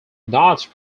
not